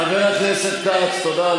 חבר הכנסת כץ, תודה.